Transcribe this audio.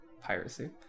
piracy